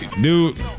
dude